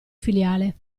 filiale